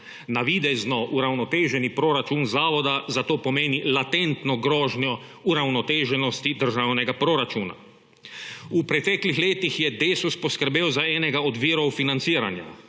Navidezno uravnoteženi proračun zavoda zato pomeni latentno grožnjo uravnoteženosti državnega proračuna. V preteklih letih je Desus poskrbel za enega od virov financiranja.